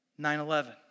9-11